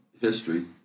history